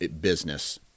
business